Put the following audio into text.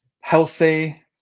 healthy